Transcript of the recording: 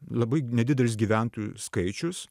labai nedidelis gyventojų skaičius